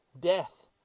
death